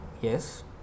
yes